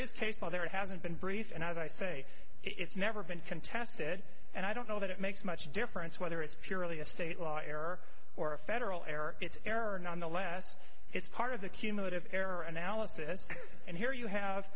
that hasn't been briefed and as i say it's never been contested and i don't know that it makes much difference whether it's purely a state law error or a federal error it's error nonetheless it's part of the cumulative error analysis and here you have